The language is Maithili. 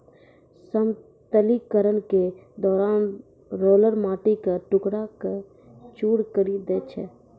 समतलीकरण के दौरान रोलर माटी क टुकड़ा क चूर करी दै छै